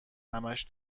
همش